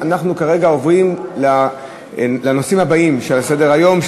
אנחנו כרגע עוברים לנושאים הבאים של סדר-היום,